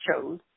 chose